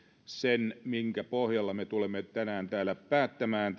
sen minkä pohjalta me tulemme tänään täällä päättämään